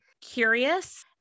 curious